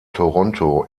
toronto